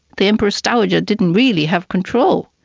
the empress dowager didn't really have control.